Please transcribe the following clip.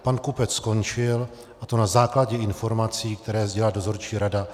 Pan Kupec skončil, a to na základě informací, které sdělila dozorčí rada.